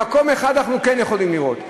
במקום אחד אנחנו כן יכולים לראות,